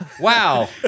Wow